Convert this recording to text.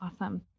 Awesome